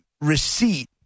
receipt